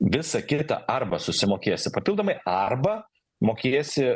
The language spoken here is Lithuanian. visa kita arba susimokėsi papildomai arba mokėsi